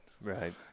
Right